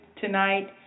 tonight